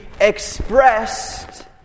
expressed